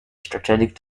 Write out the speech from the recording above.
strategic